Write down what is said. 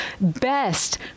best